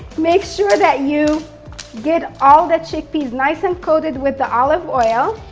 make sure that you get all the chickpeas nice and coated with the olive oil.